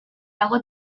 lago